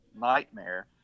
nightmare